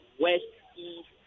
west-east